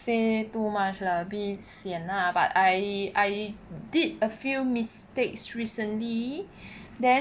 say too much lah a bit sian lah but I did a few mistakes recently then